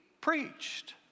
preached